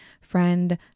friend